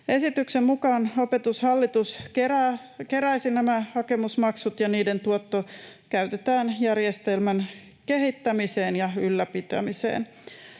Esityksen mukaan Opetushallitus keräisi nämä hakemusmaksut ja niiden tuotto käytetään järjestelmän kehittämiseen ja ylläpitämiseen.